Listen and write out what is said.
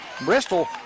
Bristol